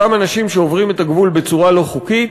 אותם אנשים שעוברים את הגבול בצורה לא חוקית,